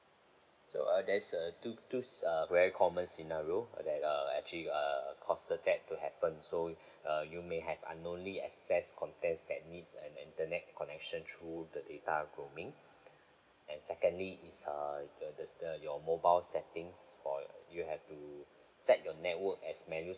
so uh there's a two two uh very common scenario that uh actually err caused the that to happen so uh you may have unknowingly access contents that needs an internet connection through the data roaming and secondly is err the the your mobile settings for you have to set your network as manual